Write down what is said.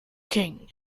king